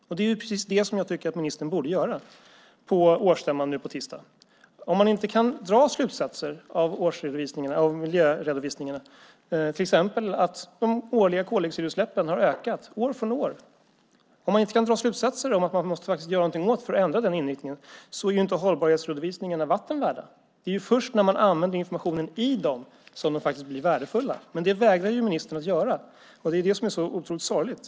Det är precis det som jag tycker att ministern borde göra på årsstämman nu på tisdag. Om man inte kan dra slutsatser av årsredovisningarna och miljöredovisningarna, till exempel att de årliga koldioxidutsläppen har ökat år från år, för att faktiskt ändra den inriktningen är hållbarhetsredovisningarna inte vatten värda. Det är först när man använder informationen i dem som de blir värdefulla. Men det vägrar ministern att göra, och det är det som är så otroligt sorgligt.